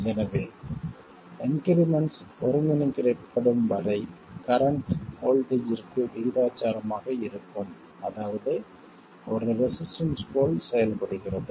எனவே இன்க்ரிமெண்ட்ஸ் ஒருங்கிணைக்கப்படும் வரை கரண்ட் வோல்ட்டேஜ்ற்கு விகிதாசாரமாக இருக்கும் அதாவது அது ஒரு ரெசிஸ்டன்ஸ் போல செயல்படுகிறது